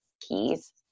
keys